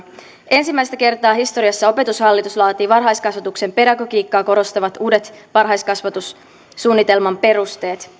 ensimmäistä kertaa historiassa opetushallitus laatii varhaiskasvatuksen pedagogiikkaa korostavat uudet varhaiskasvatussuunnitelman perusteet